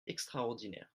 extraordinaire